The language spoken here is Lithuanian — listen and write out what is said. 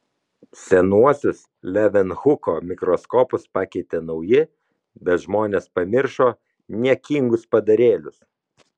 senuosius levenhuko mikroskopus pakeitė nauji bet žmonės pamiršo niekingus padarėlius